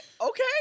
Okay